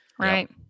Right